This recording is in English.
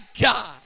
God